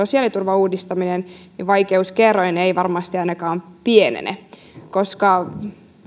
sosiaaliturvan uudistaminen vaikeuskerroin ei varmasti ainakaan pienene koska